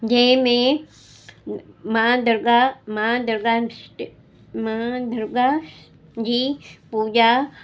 जंहिं में मां दुर्गा मां दुर्गा मां दुर्गा जी पूॼा